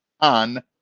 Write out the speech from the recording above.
on